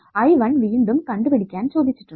I1 വീണ്ടും കണ്ടുപിടിക്കാൻ ചോദിച്ചിട്ടുണ്ട്